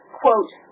quote